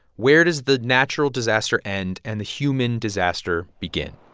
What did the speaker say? where does the natural disaster end and the human disaster begin?